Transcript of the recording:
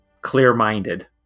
Clear-Minded